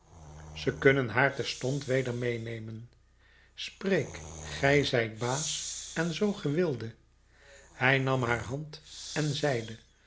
ze kunnen haar terstond weder meenemen spreek gij zijt baas en zoo ge wildet hij nam haar hand en zeide